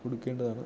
കൊടുക്കേണ്ടതാണ്